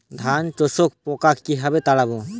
ধানে শোষক পোকা কিভাবে তাড়াব?